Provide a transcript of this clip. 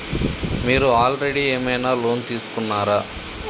మీరు ఆల్రెడీ ఏమైనా లోన్ తీసుకున్నారా?